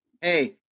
Hey